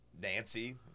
Nancy